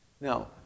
Now